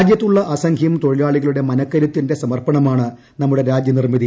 രാജ്യത്തുള്ള അസംഖ്യം തൊഴിലാളികളുടെ മനക്കരുത്തിന്റെ സമർപ്പണമാണ് നമ്മുടെ രാജ്യനിർമ്മിതി